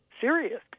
serious